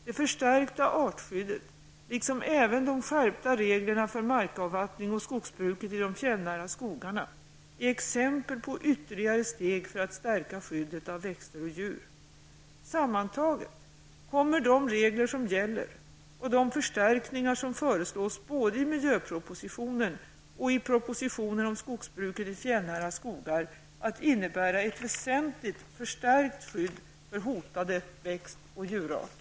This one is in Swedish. Det förstärkta artskyddet liksom även de skärpta reglerna för markavvattning och skogsbruket i de fjällnära skogarna är exempel på ytterligare steg för att stärka skyddet av växter och djur. Sammantaget kommer de regler som gäller och de förstärkningar som föreslås både i miljöpropositionen och i propositionen om skogsbruket i fjällnära skogar att innebära ett väsentligt förstärkt skydd för hotade växt och djurarter.